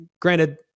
Granted